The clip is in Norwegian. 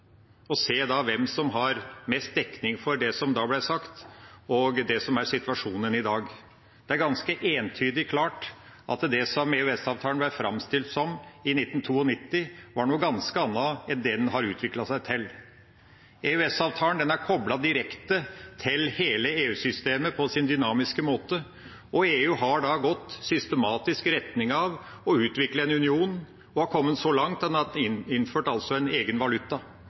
en se hvem som har mest dekning for det som da ble sagt, og det som er situasjonen i dag. Det er ganske entydig klart at det som EØS-avtalen ble framstilt som i 1992, var noe ganske annet enn det den har utviklet seg til. EØS-avtalen er koblet direkte til hele EU-systemet på sin dynamiske måte, og EU har systematisk gått i retning av å utvikle en union og har kommet så langt at en har innført en egen valuta.